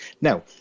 Now